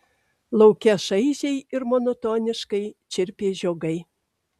lauke šaižiai ir monotoniškai čirpė žiogai